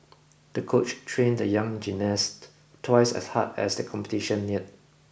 the coach trained the young gymnast twice as hard as the competition neared